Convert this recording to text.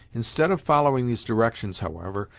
instead of following these directions, however,